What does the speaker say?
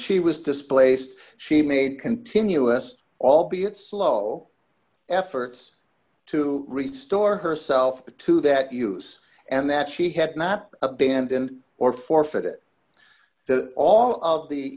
she was displaced she made continuous albeit slow efforts to restore herself the to that use and that she had not abandoned or forfeit it to all of the